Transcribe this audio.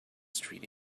street